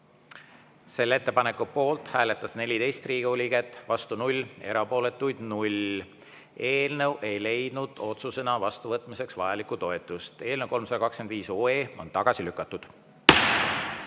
Selle ettepaneku poolt hääletas 14 Riigikogu liiget, vastu 0, erapooletuid 0. Eelnõu ei leidnud otsusena vastuvõtmiseks vajalikku toetust. Eelnõu 325 on tagasi lükatud.